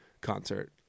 concert